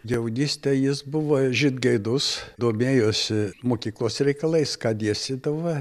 jaunystėj jis buvo žingeidus domėjosi mokyklos reikalais ką dėstydavo